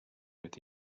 with